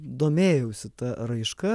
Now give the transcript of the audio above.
domėjausi ta raiška